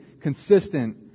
consistent